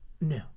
No